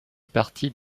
partie